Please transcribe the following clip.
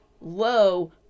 low